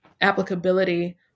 applicability